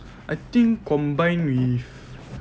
I think combined with